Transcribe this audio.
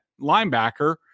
linebacker